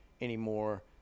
anymore